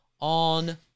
on